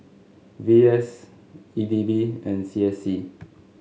V S E D B and C S C